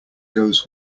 goes